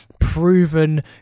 proven